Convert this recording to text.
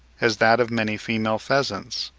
as that of many female pheasants,